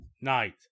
night